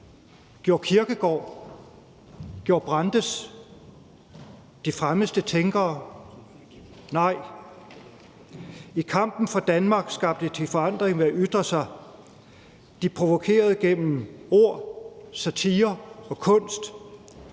Gjorde Kierkegaard? Gjorde Brandes? De fremmeste tænkere? Nej. I kampen for Danmark skabte de forandring ved at ytre sig. De provokerede gennem ord, satire og kunst.